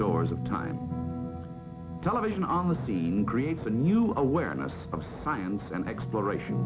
doors of time television on the scene creates a new awareness of science and exploration